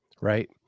Right